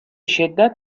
شدت